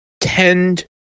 tend